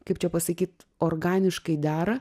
kaip čia pasakyt organiškai dera